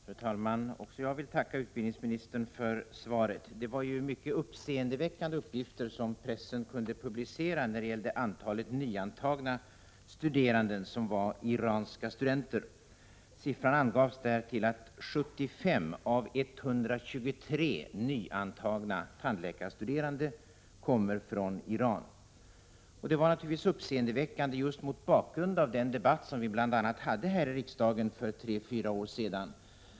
Fru talman! Också jag vill tacka utbildningsministern för svaret. Det var mycket uppseendeväckande uppgifter som pressen kunde publicera när det gällde andelen nyantagna studerande som var iranska studenter. Det uppgavs att 75 av 123 nyantagna tandläkarstuderande kommer från Iran. Detta var naturligtvis uppseendeväckande, just mot bakgrund av den debatt som vi hade här i riksdagen för tre fyra år sedan.